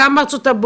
גם בארצות הברית,